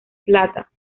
plata